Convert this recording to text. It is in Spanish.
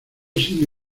sin